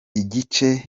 igice